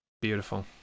Beautiful